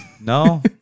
No